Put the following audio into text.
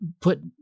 put